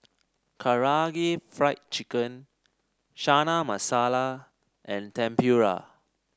Karaage Fried Chicken Chana Masala and Tempura